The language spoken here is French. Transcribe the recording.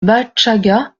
bachagha